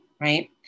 right